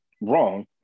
wrong